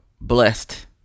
blessed